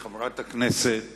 חברת הכנסת